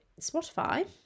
Spotify